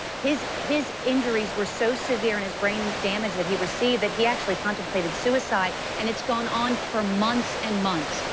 his his injuries were so severe and his brain damage that he received that he actually contemplated suicide and has gone on for months and months.